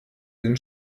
den